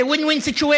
זה win win situation.